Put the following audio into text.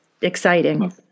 exciting